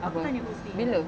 apa bila